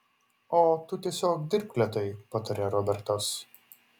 o tu tiesiog dirbk lėtai patarė robertas